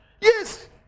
yes